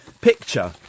picture